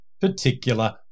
particular